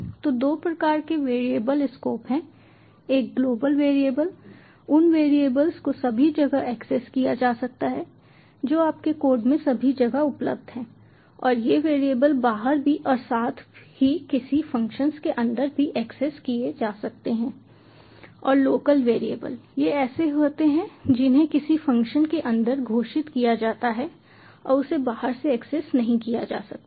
तो 2 प्रकार के वैरिएबल स्कोप हैं एक ग्लोबल वैरिएबल है उन वेरिएबल्स को सभी जगह एक्सेस किया जा सकता है जो आपके कोड में सभी जगह उपलब्ध हैं और ये वैरिएबल बाहर भी और साथ ही किसी फंक्शन के अंदर भी एक्सेस किए जा सकते हैं और लोकल वैरिएबल ये ऐसे होते हैं जिन्हें किसी फ़ंक्शन के अंदर घोषित किया जाता है और उसे बाहर से एक्सेस नहीं किया जा सकता है